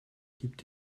gibt